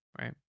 right